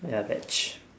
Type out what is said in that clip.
ya veg